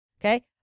Okay